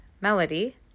melody